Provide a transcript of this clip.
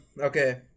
Okay